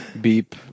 beep